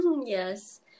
Yes